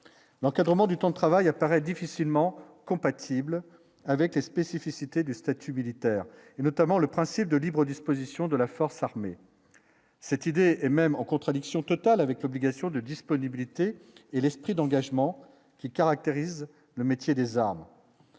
l'encadrement du temps de travail. Paraît difficilement compatibles avec les spécificités du statut militaire et notamment le principe de libre disposition de la force armée, cette idée et même. Contradiction tout. Total avec l'obligation de disponibilité et l'esprit d'engagement qui caractérise le métier des armes,